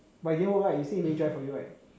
but it didn't work right you say is very dry for you right